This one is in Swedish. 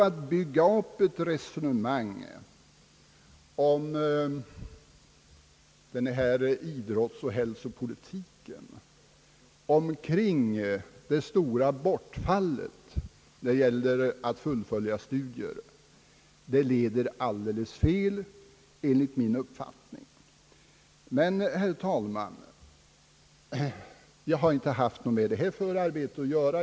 Att bygga upp ett resonemang om idrottsoch hälsopolitiken med utgångspunkt från det stora bortfallet när det gäller att fullfölja studierna, leder enligt min uppfattning alldeles fel. Men, herr talman, jag har inte haft något med förarbetet i denna fråga att göra.